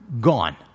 gone